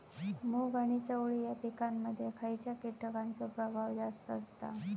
मूग आणि चवळी या पिकांमध्ये खैयच्या कीटकांचो प्रभाव जास्त असता?